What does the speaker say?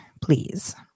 please